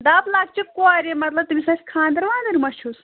دَپ لۅکچہِ کورِ مطلب تٔمِس آسہِ خانٛدَر وانٛدَر ما چھُس